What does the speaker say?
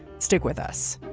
stick with us